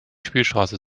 spielstraße